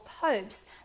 popes